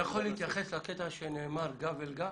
אתה יכול להתייחס למה שנאמר גב אל גב?